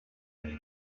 age